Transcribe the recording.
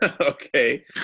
Okay